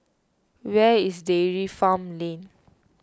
where is Dairy Farm Lane